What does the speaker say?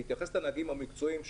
בהתייחס לנהגים המקצועיים,